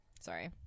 Sorry